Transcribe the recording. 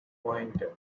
pointed